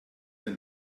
ein